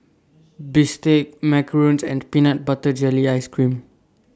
Bistake Macarons and Peanut Butter Jelly Ice Cream